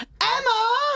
Emma